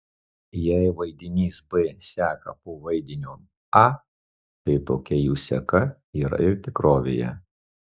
jei vaidinys b seka po vaidinio a tai tokia jų seka yra ir tikrovėje